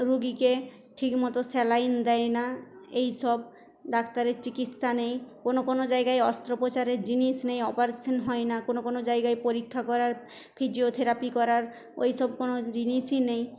রুগীকে ঠিকমতো স্যালাইন দেয় না এই সব ডাক্তারের চিকিৎসা নেই কোনো কোনো জায়গায় অস্ত্রপ্রচারের জিনিস নেই অপারেশন হয় না কোনো কোনো জায়গায় পরীক্ষা করার ফিজিওথেরাপি করার ঐসব কোনো জিনিসই নেই